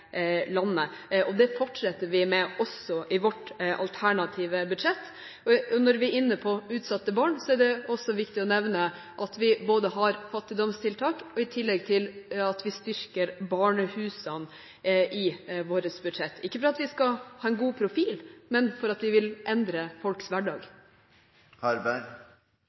landet, og det fortsetter vi med også i vårt alternative budsjett. Når vi er inne på utsatte barn, er det også viktig å nevne at vi både har fattigdomstiltak, og at vi styrker barnehusene i vårt budsjett – ikke for at vi skal ha en god profil, men fordi vi vil endre folks